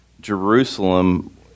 Jerusalem